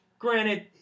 Granted